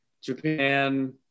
japan